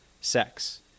sex